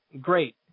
great